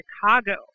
Chicago